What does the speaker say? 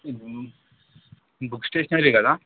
book స్టేషనరీయే కదా